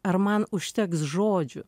ar man užteks žodžių